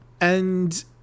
And-